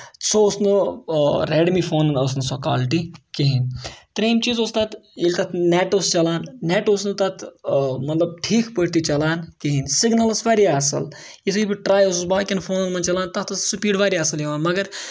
سُہ اوس نہٕ ریڈمی فونن ٲس نہٕ سۄ کولٹی کِہینۍ تریٚیِم چیٖز اوس تَتھ ییٚلہِ تَتھ نیٹ اوس چلان نیٹ اوس نہٕ تَتھ مطلب ٹھیٖک پٲٹھۍ چلان کِہینۍ سِگنل ٲسۍ واریاہ اَصٕل یُتھے بہٕ ٹراے اوسُس باقِیَن فونَن منٛز چلان تَتھ ٲس سپیٖڈ واریاہ اصٕل یِوان مگر